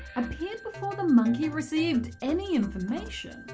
appeared before the monkey received any information.